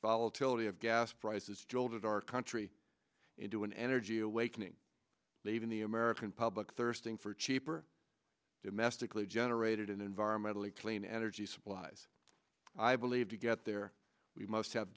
volatility of gas prices jolted our country into an energy awakening leaving the american public thirsting for cheaper domestically generated environmentally clean energy supplies i believe to get there we must have